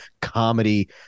comedy